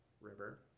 river